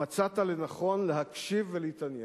מצאת לנכון להקשיב ולהתעניין.